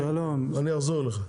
אני אחזור אליך.